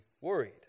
worried